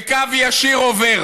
וקו ישיר עובר